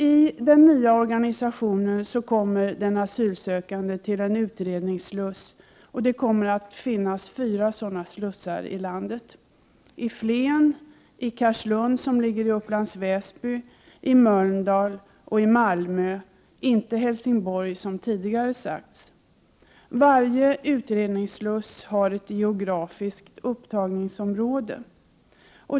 I den nya organisationen kommer den asylsökande till en utredningssluss. Det kommer att finnas fyra sådana slussar i landet, nämligen i Flen, i Carlslund i Upplands Väsby, i Mölndal och i Malmö -— inte Helsingborg, som tidigare har sagts. Varje utredningssluss har ett geografiskt upptagningsområde.